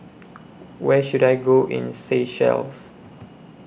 Where should I Go in Seychelles